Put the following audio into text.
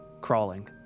crawling